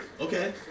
Okay